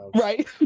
Right